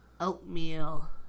Oatmeal